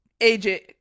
AJ